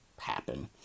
happen